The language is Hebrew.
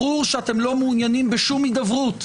ברור שאתם לא מעוניינים בהידברות.